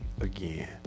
again